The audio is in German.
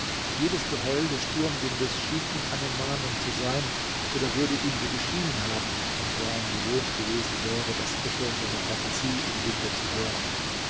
jedes geheul des sturmwindes schien ihm eine mahnung zu sein oder würde ihm so geschienen haben wenn brown gewohnt gewesen wäre das echo seiner phantasie im winde zu hören